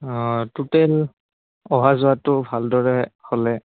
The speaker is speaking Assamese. অঁ টাটেল অহা যোৱাটো ভালদৰে হ'লে